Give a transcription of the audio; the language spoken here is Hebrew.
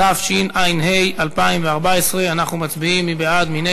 (תיקון מס' 2), התשע"ד 2014, נתקבלה.